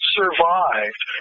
survived